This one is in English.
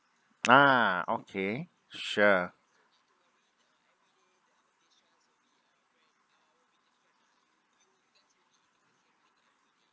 ah okay sure